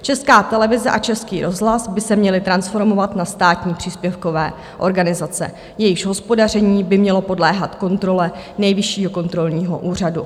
Česká televize a Český rozhlas by se měly transformovat na státní příspěvkové organizace, jejichž hospodaření by mělo podléhat kontrole Nejvyššího kontrolního úřadu.